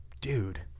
dude